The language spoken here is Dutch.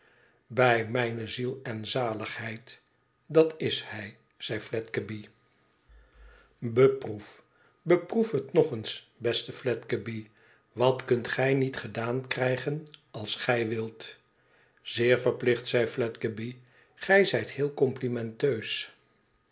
bij mijne zielen zaligheid dat is hij zei fledgeby beproef beproef het nog eens beste fiedgeby wat kunt gij niet gedaan krijgen als gij wilt i zeer verplicht zei fiedgeby gij zijtheel complimenteus